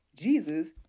jesus